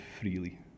freely